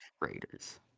Raiders